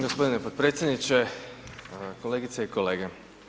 Gospodine potpredsjedniče, kolegice i kolege.